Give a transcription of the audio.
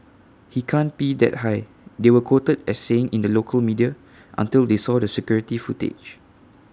he can't pee that high they were quoted as saying in local media until they saw the security footage